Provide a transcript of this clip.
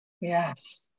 Yes